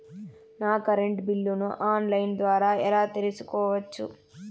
నా కరెంటు బిల్లులను online ద్వారా ఎలా తెలుసుకోవచ్చు?